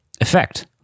effect